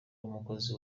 umukozi